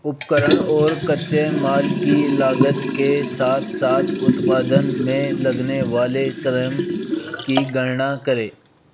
उपकरण और कच्चे माल की लागत के साथ साथ उत्पादन में लगने वाले श्रम की गणना करें